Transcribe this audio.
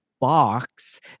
box